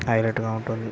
హైలెట్గా ఉంటుంది